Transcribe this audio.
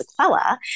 sequela